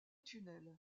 tunnels